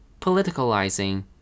politicalizing